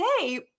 today